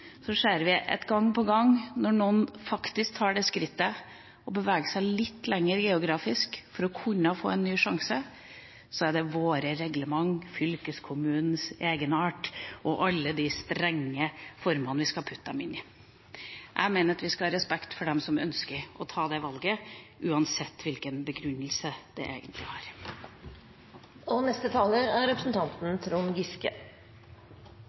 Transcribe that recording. ser vi gang på gang at når noen faktisk tar det skrittet og beveger seg litt lenger geografisk for å kunne få en ny sjanse, er det reglementene, fylkeskommunenes egenart og alle de strenge formene vi skal putte dem inn i. Jeg mener at vi skal ha respekt for dem som ønsker å ta det valget uansett hvilken begrunnelse de egentlig